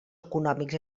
econòmics